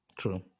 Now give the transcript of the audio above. True